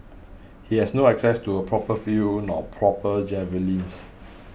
he had no access to a proper field nor proper javelins